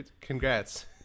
Congrats